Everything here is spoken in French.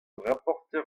rapporteur